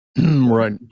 Right